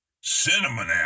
Cinnamon